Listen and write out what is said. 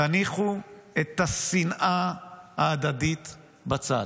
תניחו את השנאה ההדדית בצד.